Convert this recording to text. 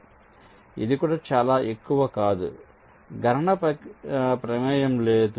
కాబట్టి ఇది కూడా చాలా ఎక్కువ కాదు గణన ప్రమేయం లేదు